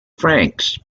francs